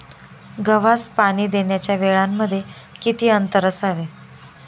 गव्हास पाणी देण्याच्या वेळांमध्ये किती अंतर असावे?